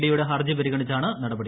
D യുടെ ഹർജി പരിഗണിച്ചാണ് നടപടി